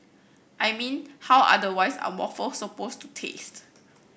I mean how otherwise are waffles supposed to taste